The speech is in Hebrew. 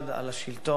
על השלטון,